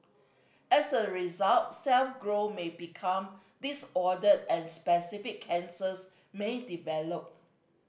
as a result cell growth may become disordered and specific cancers may develop